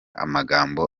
amagambo